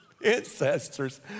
Ancestors